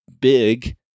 big